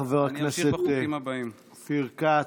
תודה רבה, חבר הכנסת אופיר כץ.